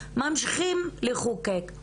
ממשיכים לחוקק.